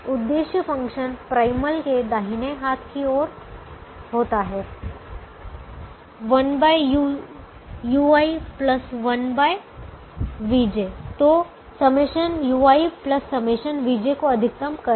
उद्देश्य function primal के दाहिने हाथ की ओर होता है तो ∑ui ∑vj को अधिकतम करें